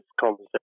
conversation